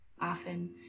often